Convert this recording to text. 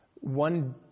One